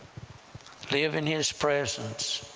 live in his presence,